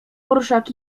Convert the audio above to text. orszak